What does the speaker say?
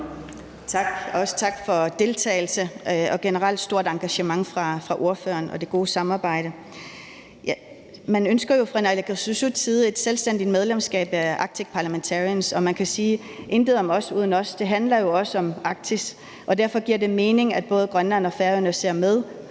tak for deltagelse og generelt stort engagement fra ordføreren og det gode samarbejde. Man ønsker jo fra naalakkersuisuts side et selvstændigt medlemskab af Arctic Parlamentarians, og man kan sige, at intet om os uden os også handler om Arktis. Derfor giver det mening, at både Grønland og Færøerne ser med